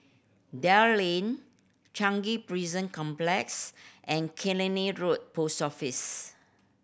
Dell Lane Changi Prison Complex and Killiney Road Post Office